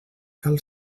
cal